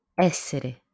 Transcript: essere